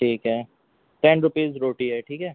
ٹھیک ہے ten rupees روٹی ہے ٹھیک ہے